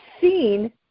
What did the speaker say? seen